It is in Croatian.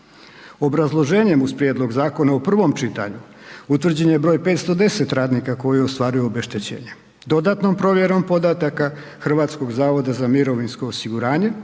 Obrazloženjem uz prijedlog zakona u prvom čitanju, utvrđen je broj 510 radnika koji ostvaruju obeštećenje. Dodatnom provjerom podataka, HZMO-a utvrđen je